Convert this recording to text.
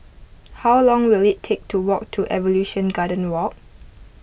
how long will it take to walk to Evolution Garden Walk